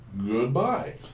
goodbye